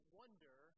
wonder